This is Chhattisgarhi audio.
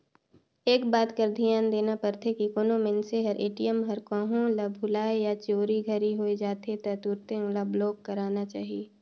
एक बात कर धियान देना परथे की कोनो मइनसे हर ए.टी.एम हर कहों ल भूलाए या चोरी घरी होए जाथे त तुरते ओला ब्लॉक कराना चाही